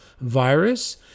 virus